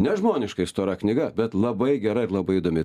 nežmoniškai stora knyga bet labai gera ir labai įdomi